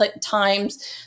times